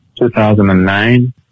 2009